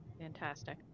Fantastic